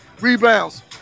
rebounds